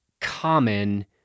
common